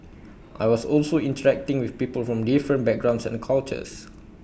I was also interacting with people from different backgrounds and cultures